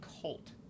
cult